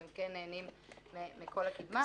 והם כן נהנים מכל הקדמה.